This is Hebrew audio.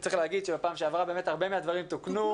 צריך להגיד שבפעם שעברה באמת הרבה מן הדברים תוקנו.